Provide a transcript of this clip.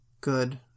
good